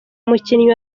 umukinnyi